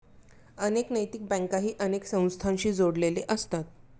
अनेक नैतिक बँकाही अनेक संस्थांशी जोडलेले असतात